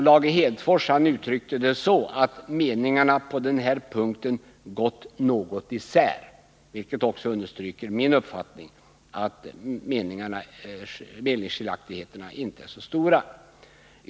Lars Hedfors använde uttrycket att meningarna på den här punkten gått något isär. Det understryker också min uppfattning att meningsskiljaktigheterna inte är så stora.